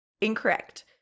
Incorrect